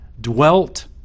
dwelt